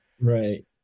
Right